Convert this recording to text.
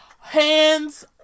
hands